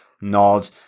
nod